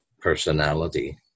personality